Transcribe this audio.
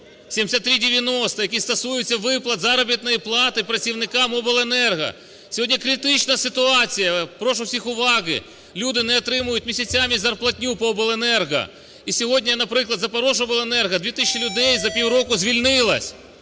7390, який стосується виплат заробітної плати працівникам обленерго. Сьогодні критична ситуація – прошу всіх уваги – люди не отримують місяцями зарплатню по обленерго. І сьогодні, наприклад, "Запоріжжяобленерго" 2 тисячі людей за півроку звільнилося.